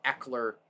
Eckler